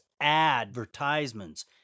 Advertisements